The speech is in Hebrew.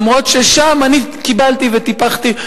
למרות ששם קיבלתי וטיפחתי,